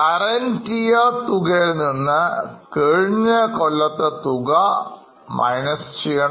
Current year തുകയിൽനിന്ന് കഴിഞ്ഞ കൊല്ലത്തെ തുക മൈനസ് ചെയ്യണം